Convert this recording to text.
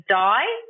die